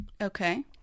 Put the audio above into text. Okay